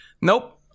Nope